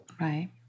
Right